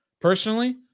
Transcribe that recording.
personally